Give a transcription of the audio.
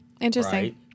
Interesting